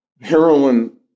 heroin